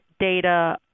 data